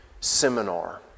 seminar